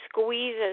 squeezes